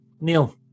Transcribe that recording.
Neil